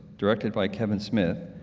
directed by kevin smith,